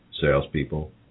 salespeople